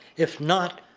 if not,